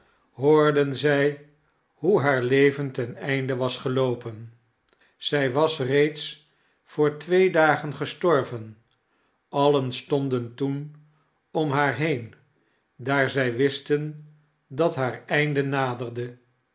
hoorden zij hoe haar leven ten einde was geloopen zij was reeds voor twee dagen gestorven allen stonden toen om haar heen daar zij wisten dat haar einde naderde